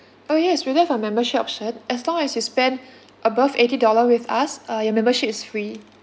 oh yes we do have a membership option as long as you spend above eighty dollar with us uh your membership is free